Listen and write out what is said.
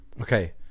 Okay